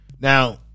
now